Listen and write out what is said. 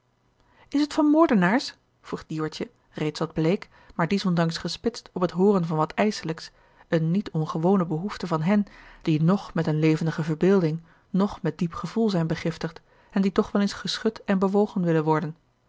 is t van moordenaars vroeg dieuwertje reeds wat bleek maar diesondanks gespitst op het hooren van wat ijselijks eene niet ongewone behoefte van hen die noch met eene levendige verbeelding noch met diep gevoel zijn begiftigd en die toch wel eens geschud en bewogen willen worden